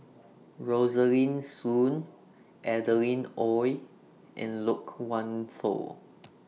Rosaline Soon Adeline Ooi and Loke Wan Tho